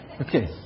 okay